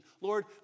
Lord